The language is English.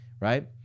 right